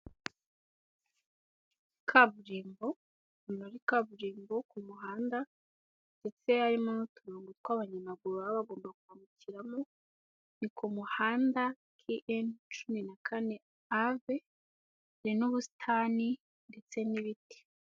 Kaburimbo, ni muri kaburimbo ku muhanda ndetse harimo n'uturongo tw'abanyamaguru baba bagomba kwambukiramo, ni ku muhanda KN cumi na kane ave hari n'ubusitani ndetse n'ibiti.